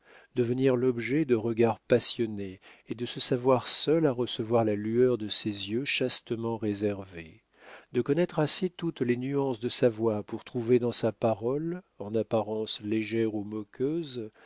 devenir l'objet de regards passionnés et de se savoir seul à recevoir la lueur de ses yeux chastement réservée de connaître assez toutes les nuances de sa voix pour trouver dans sa parole en apparence légère ou moqueuse